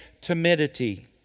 timidity